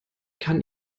kann